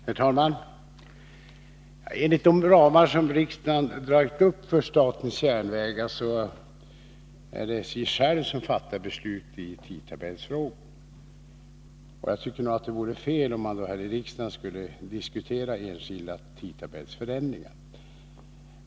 Herr talman! Enligt de ramar som riksdagen fastställt för statens järnvägar är det SJ själva som fattar beslut i tidtabellsfrågor. Då tycker jag nog att det vore fel om man här i riksdagen skulle diskutera enskilda tidtabellsförändringar.